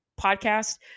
podcast